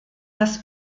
das